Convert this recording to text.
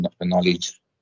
knowledge